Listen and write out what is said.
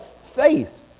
faith